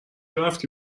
رفتی